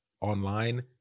online